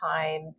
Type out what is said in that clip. time